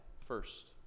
first